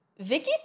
Vicky